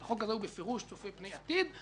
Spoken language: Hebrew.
החוק הזה בפירוש צופה פני עתיד.